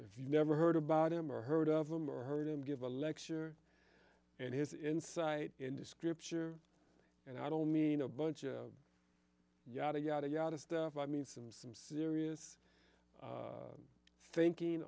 if you've never heard about him or heard of them or heard him give a lecture and his insight into scripture and i don't mean a bunch of yada yada yada stuff i mean some some serious thinking